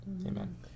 Amen